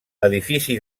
edifici